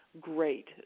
great